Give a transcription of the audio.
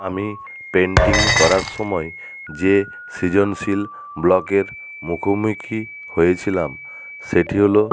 আমি পেন্টিং করার সময় যে সৃজনশীল ব্লকের মুখোমুখি হয়েছিলাম সেটি হল